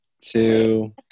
two